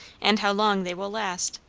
and how long they will last.